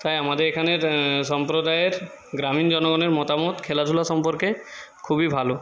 তাই আমাদের এখানের সম্প্রদায়ের গ্রামীণ জনগণের মতামত খেলাধুলো সম্পর্কে খুবই ভালো